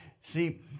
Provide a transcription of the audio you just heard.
See